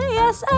yes